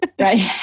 right